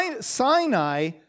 Sinai